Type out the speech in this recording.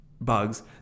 bugs